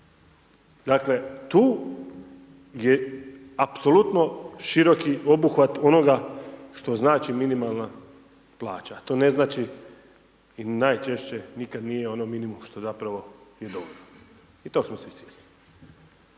Dakle, tu je apsolutno široki obuhvat onoga što znači minimalna plaća, to ne znači i najčešće nikada nije ono minimum, što zapravo je dovoljno i toga smo svi svjesni.